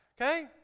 okay